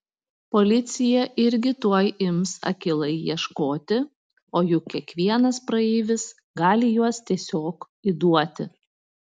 policija irgi tuoj ims akylai ieškoti o juk kiekvienas praeivis gali juos tiesiog įduoti